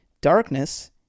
Darkness